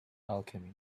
alchemy